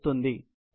Nd 600